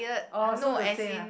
oh so the same ah